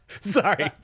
Sorry